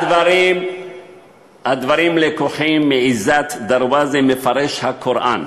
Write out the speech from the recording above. הדברים לקוחים מעזת דרווזה, מפרש הקוראן.